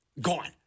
Gone